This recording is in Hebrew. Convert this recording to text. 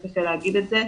קצת קשה להגיד את זה,